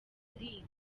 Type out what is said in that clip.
ariya